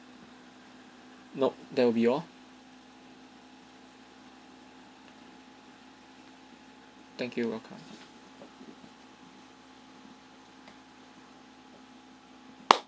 nope that will be all thank you welcome